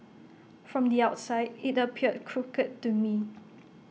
from the outside IT appeared crooked to me